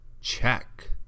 check